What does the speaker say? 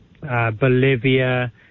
Bolivia